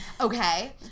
okay